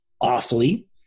awfully